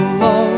love